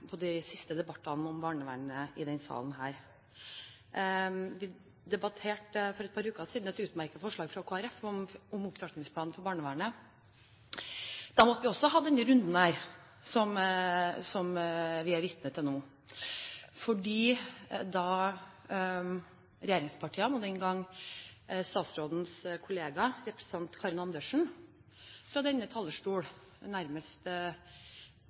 på de siste debattene om barnevernet i denne salen. Vi debatterte for et par uker siden et utmerket forslag fra Kristelig Folkeparti om en opptrappingsplan for barnevernet. Da måtte vi også ha denne runden som vi er vitne til nå, fordi regjeringspartiene og statsrådens kollega representanten Karin Andersen fra denne talerstol nærmest